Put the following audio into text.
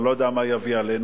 אני לא יודע מה זה יביא עלינו,